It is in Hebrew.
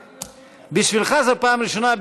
בשבילך זאת הפעם הראשונה,